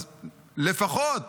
לפחות